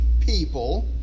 people